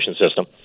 system